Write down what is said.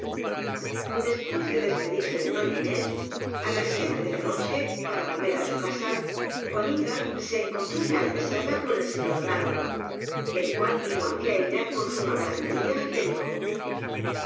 después de despedirse de doña inés á las siete de la noche para volver á su casa juanita se encontró en la antesala con el señor don alvaro el cual vino hacia ella con suma galantería y le dijo